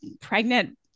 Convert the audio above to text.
pregnant